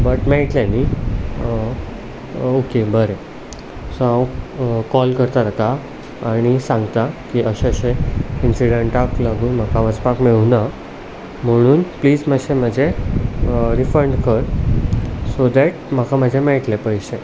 but मेळटले न्ही okay बरें सो हांव कॉल करता ताका आनी सांगता की अशें अशें इनसिडंटाक लागून म्हाका वचपाक मेळुना म्हणून प्लीज मातशें म्हजें रिफंड कर सो दॅट म्हाका म्हाजें मेयटले पयशे